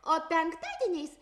o penktadieniais